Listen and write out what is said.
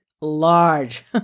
large